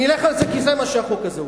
נלך על זה, כי זה מה שהחוק הזה עושה.